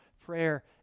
prayer